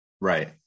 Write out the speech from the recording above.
right